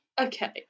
Okay